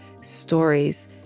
stories